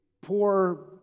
poor